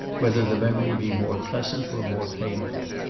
whether the memory be more pleasant or more painful.